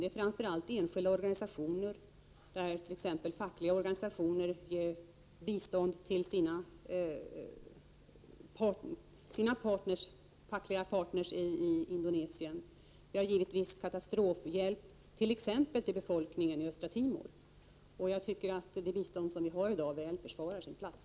Det gäller framför allt enskilda organisationer, t.ex. fackliga organisationer som ger bistånd till sina fackliga partner i Indonesien. Vi har givetvis katastrofhjälp, t.ex. till befolkningen i östra Timor. Jag tycker att det bistånd vi har i dag väl försvarar sin plats.